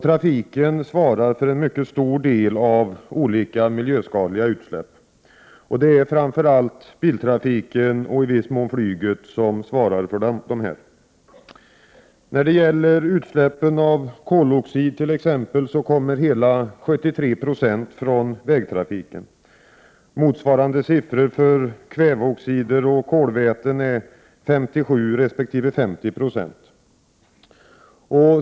Trafiken svarar för en mycket stor del av olika miljöskadliga utsläpp. Det är framför allt biltrafiken och i viss mån flyget som svarar för dessa. När det gäller utsläppen av koloxid kommer hela 73 96 från vägtrafiken. Motsvarande siffror för kväveoxider och kolväten är 57 resp. 50 9.